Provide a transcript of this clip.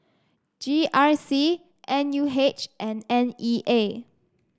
G R C N U H and N E A